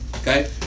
Okay